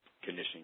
conditioning